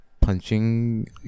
punching